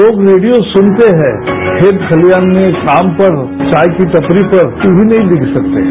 लोग रेडियो सुनते हैं खेत खलिहान में काम पर चाय की टपरी पर टीवी नहीं देख सकते हैं